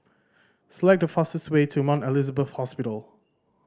select the fastest way to Mount Elizabeth Hospital